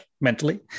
mentally